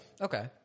Okay